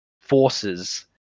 forces